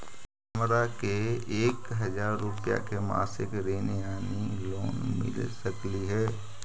हमरा के एक हजार रुपया के मासिक ऋण यानी लोन मिल सकली हे?